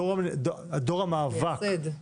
דור המאבק,